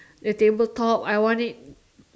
the table top I want it